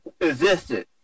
existed